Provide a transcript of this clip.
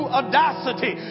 audacity